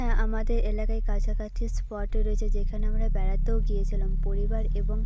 হ্যাঁ আমাদের এলাকায় কাছাকাছি স্পট রয়েছে যেখানে আমরা বেড়াতেও গিয়েছিলাম পরিবার এবং